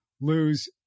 lose